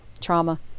trauma